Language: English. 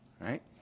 right